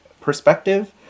perspective